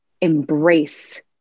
embrace